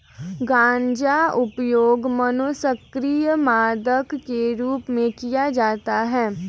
गांजा उपयोग मनोसक्रिय मादक के रूप में किया जाता है